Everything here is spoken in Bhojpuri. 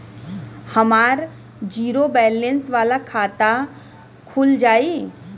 हमार जीरो बैलेंस वाला खाता खुल जाई?